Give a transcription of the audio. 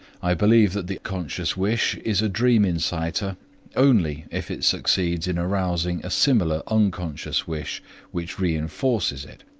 i believe that the conscious wish is a dream inciter only if it succeeds in arousing a similar unconscious wish which reinforces it.